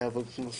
יעבוד כמו שצריך.